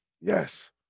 Yes